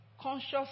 conscious